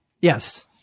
Yes